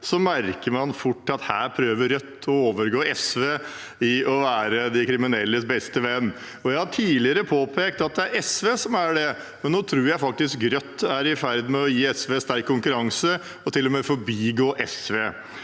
merker man fort at Rødt her prøver å overgå SV i å være de kriminelles beste venn. Jeg har tidligere påpekt at det er SV som er det, men nå tror jeg faktisk Rødt er i ferd med å gi SV sterk konkurranse og til og med gå forbi SV.